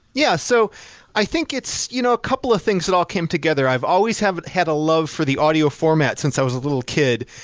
yeah. so i think it's you know a couple of things that all came together. i've always had a love for the audio format since i was little kid.